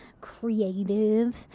creative